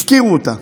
הפקירו אותה.